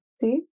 See